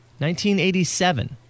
1987